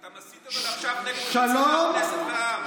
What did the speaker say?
אבל אתה מסית עכשיו נגד חצי מהכנסת והעם.